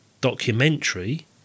documentary